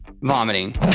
vomiting